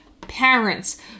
parents